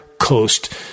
coast